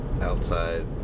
outside